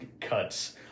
cuts